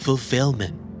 Fulfillment